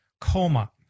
Coma